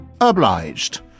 obliged